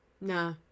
Nah